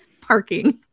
parking